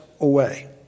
away